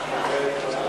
אורית סטרוק,